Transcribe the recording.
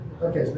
Okay